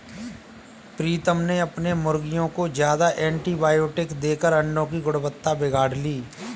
प्रीतम ने अपने मुर्गियों को ज्यादा एंटीबायोटिक देकर अंडो की गुणवत्ता बिगाड़ ली